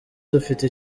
dufite